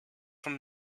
from